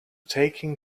taking